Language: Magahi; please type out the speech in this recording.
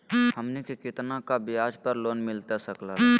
हमनी के कितना का ब्याज पर लोन मिलता सकेला?